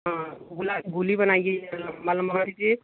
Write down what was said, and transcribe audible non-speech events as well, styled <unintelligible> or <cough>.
गोली बनाएंगे <unintelligible>